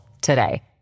today